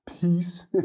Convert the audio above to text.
peace